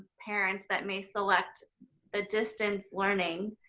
parents that may select the distance learning,